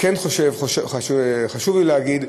כן חשוב לי להגיד,